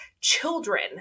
children